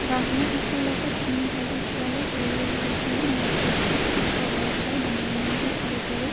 ব্ৰাহ্মী শাকৰ লগত ডিম ভাজি খুৱালে সৰু ল'ৰা ছোৱালীৰ মগজ বৃদ্ধিত সহায়ক হয় ডাঙৰ মানুহেও খাব পাৰে